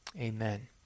Amen